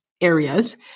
areas